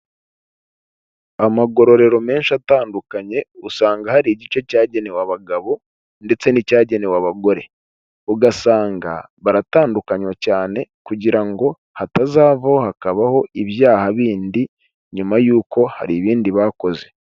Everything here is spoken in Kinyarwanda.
Amagororero menshi atandukanye usanga hari igice cyagenewe abagabo ndetse n'icyagenewe abagore, ugasanga baratandukanywa cyane kugira ngo hatazavaho hakabaho ibyaha bindi nyuma y'uko hari ibindi bakoze.